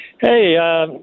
Hey